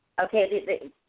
Okay